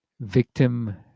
victim